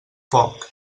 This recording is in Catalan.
poc